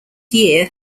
year